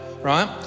right